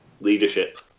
leadership